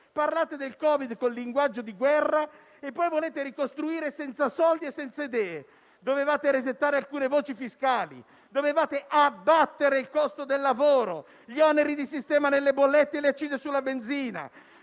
Parlate del Covid con linguaggio di guerra e poi volete ricostruire senza soldi e senza idee. Dovevate resettare alcune voci fiscali e abbattere il costo del lavoro, gli oneri di sistema nelle bollette e le accise sulla benzina